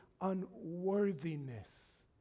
unworthiness